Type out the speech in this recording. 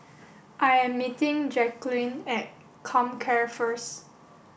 I am meeting Jacquelin at Comcare first